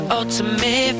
ultimate